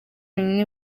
wenyine